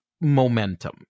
momentum